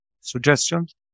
suggestions